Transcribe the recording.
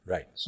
Right